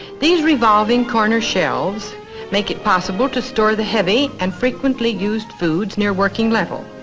these revolving corner shelves make it possible to store the heavy and frequently used foods near working level.